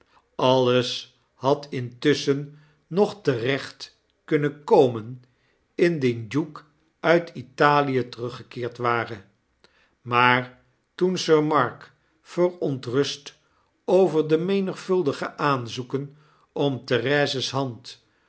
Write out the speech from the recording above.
alles had intusschen nog terecht kunnen komen indien duke uit italie teruggekeerd ware maar toen sir mark verontrust over de menigvuldige aanzoeken om therese's hand